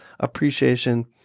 Appreciation